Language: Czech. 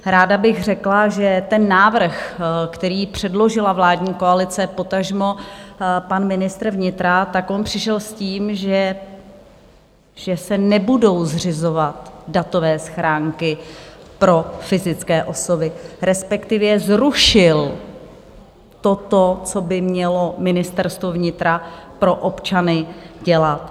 Ráda bych řekla, že návrh, který předložila vládní koalice, potažmo pan ministr vnitra, tak on přišel s tím, že se nebudou zřizovat datové schránky pro fyzické osoby, respektive zrušil toto, co by mělo Ministerstvo vnitra pro občany dělat.